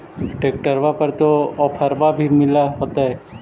ट्रैक्टरबा पर तो ओफ्फरबा भी मिल होतै?